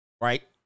right